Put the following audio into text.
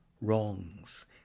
wrongs